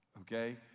okay